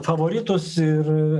favoritus ir